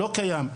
לא קיים,